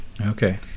Okay